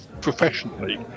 professionally